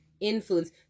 Influence